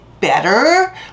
better